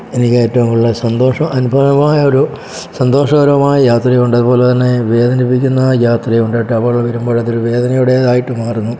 എനിക്ക് ഏറ്റവും കൂടുതൽ സന്തോഷം അനുഭവവും ആയൊരു സന്തോഷകരമായ യാത്രയുണ്ട് അതുപോലെ തന്നെ വേദനിപ്പിക്കുന്ന യാത്രയുണ്ട് അപകടങ്ങൾ വരുമ്പോൾ അതൊരു വേദനയുടേതായിട്ട് മാറുന്നു